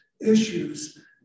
issues